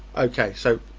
okay. so